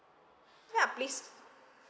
ya please